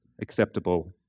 acceptable